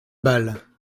bal